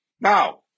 Now